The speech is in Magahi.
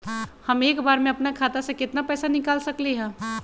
हम एक बार में अपना खाता से केतना पैसा निकाल सकली ह?